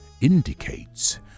indicates